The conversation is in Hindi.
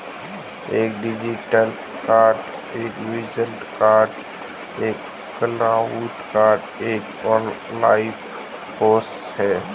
एक डिजिटल कार्ड वर्चुअल कार्ड या क्लाउड कार्ड एक ऑनलाइन होस्ट है